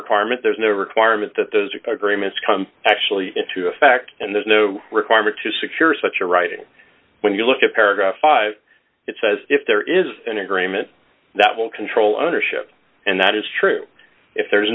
requirement there's no requirement that those agreements come actually into effect and there's no requirement to secure such a writing when you look at paragraph five it says if there is an agreement that will control ownership and that is true if there is